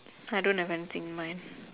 I don't have anything in mind